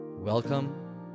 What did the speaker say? Welcome